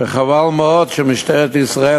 שחבל מאוד שמשטרת ישראל,